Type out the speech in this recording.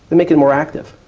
they make it more active.